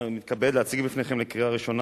אני מתכבד להציג בפניכם לקריאה ראשונה